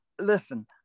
listen